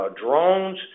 drones